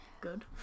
Good